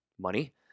money